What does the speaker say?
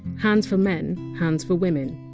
hands for men, hands for women.